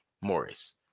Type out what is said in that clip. Morris